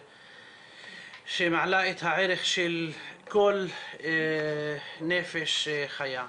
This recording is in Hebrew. שמעלה את הערך של כל נפש חיה.